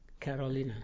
Carolina